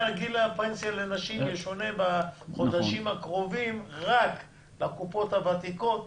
גיל הפנסיה לנשים ישונה בחודשים הקרובים רק לקופות הוותיקות,